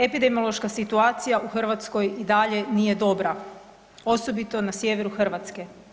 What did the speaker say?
Epidemiološka situacija u Hrvatskoj i dalje nije dobra, osobito na sjeveru Hrvatske.